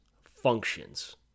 functions